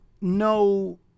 no